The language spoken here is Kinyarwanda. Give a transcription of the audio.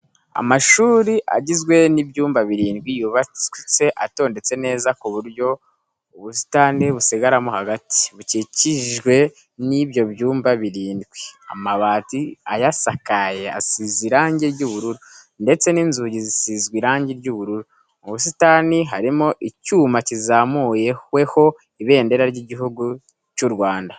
Amashuri agizwe n'ibyumba birindwi yubatse atondetse neza ku buryo ubusitani busigaramo hagati bukikijwe n'ibyo byumba birindwi. Amabati ayasakaye asize irange ry'ubururu ndetse n'inzugi zisizwe irange ry'ubururu. Mu busitani harimo icyuma kizamuweho ibendera ry'Igihugu cy'u Rwanda.